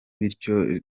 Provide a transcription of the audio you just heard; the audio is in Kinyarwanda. bityo